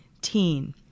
TEEN